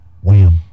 Wham